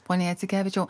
pone jacikevičiau